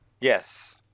Yes